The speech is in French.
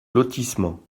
lotissement